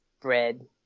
Bread